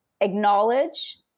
acknowledge